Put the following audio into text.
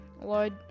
Lord